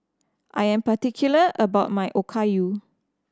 I am particular about my Okayu